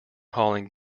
hauling